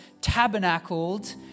tabernacled